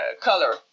color